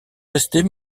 restés